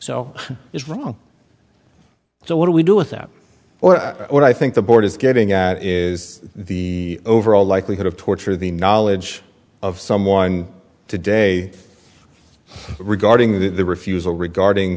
so it's wrong so what do we do with that or what i think the board is getting at is the overall likelihood of torture the knowledge of someone today regarding the refusal regarding